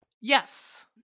Yes